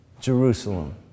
Jerusalem